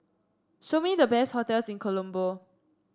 show me the best hotels in Colombo